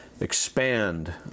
expand